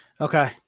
okay